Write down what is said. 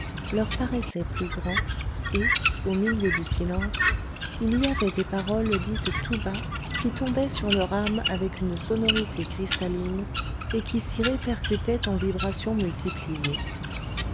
leur paraissaient plus grands et au milieu du silence il y avait des paroles dites tout bas qui tombaient sur leur âme avec une sonorité cristalline et qui s'y répercutaient en vibrations multipliées